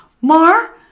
mar